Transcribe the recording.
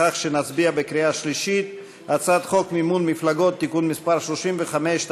לכך שנצביע על הצעת חוק מימון מפלגות (תיקון מס' 35),